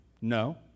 No